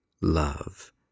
love